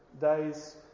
days